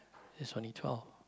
is only twelve